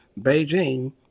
Beijing